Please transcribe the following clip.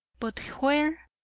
but where,